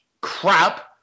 crap